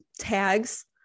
tags